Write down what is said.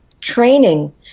training